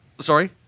Sorry